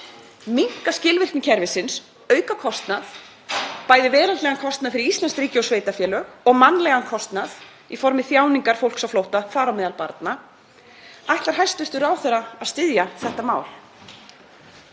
minnka skilvirkni kerfisins, auka kostnað, bæði veraldlegan kostnað fyrir íslenskt ríki og sveitarfélög og mannlegan kostnað í formi þjáningar fólks á flótta, þar á meðal barna. Ætlar hæstv. ráðherra að styðja þetta mál?